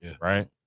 Right